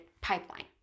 pipeline